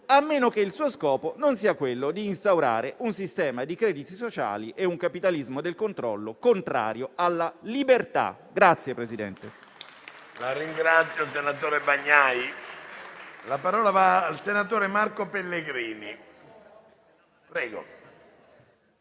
a meno che il suo scopo non sia quello di instaurare un sistema di crediti sociali e un capitalismo del controllo contrari alla libertà.